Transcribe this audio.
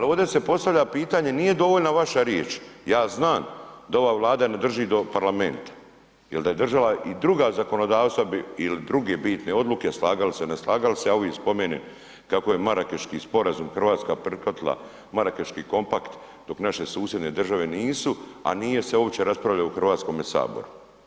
Ovdje se postavlja pitanje, nije dovoljna vaša riječ, ja znam da ova Vlada ne drži do Parlamenta jel da je držala i druga zakonodavstva ili druge bitne odluke, slagali se ili ne slagali se, ja uvijek spomenem kako je Marakeški sporazum Hrvatska prihvatila, marakeški kompakt dok naše susjedne države nisu, a nije se uopće raspravljalo u Hrvatskom saboru.